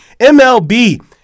MLB